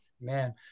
Man